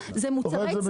זה (להלן תקופת הוראת